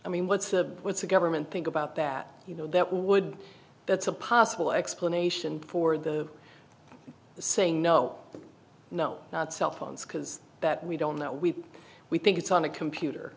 i mean what's the what's the government think about that you know that would that's a possible explanation for the saying no no not cell phones because that we don't know we we think it's on a computer